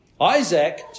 Isaac